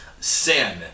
Sin